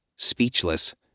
speechless